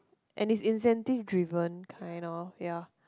and it's incentive driven kind of ya